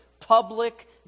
public